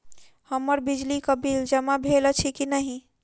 हम्मर बिजली कऽ बिल जमा भेल अछि की नहि?